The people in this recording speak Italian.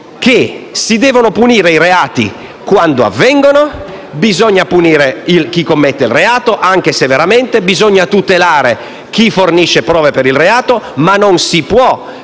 si devono punire i reati quando avvengono; bisogna punire chi commette il reato, anche se occorre tutelare chi fornisce prove per il reato. Non si può però